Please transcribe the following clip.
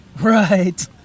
Right